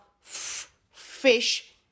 fish